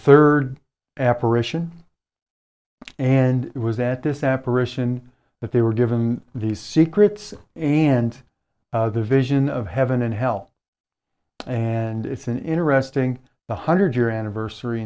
third apparition and it was at this apparition that they were given the secrets and the vision of heaven and hell and it's an interesting one hundred year anniversary